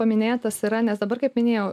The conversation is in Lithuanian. paminėtas yra nes dabar kaip minėjau